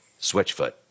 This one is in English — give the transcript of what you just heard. Switchfoot